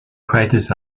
craters